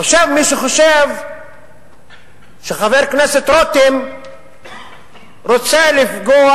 חושב מי שחושב שחבר הכנסת רותם רוצה לפגוע